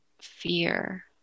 fear